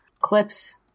clips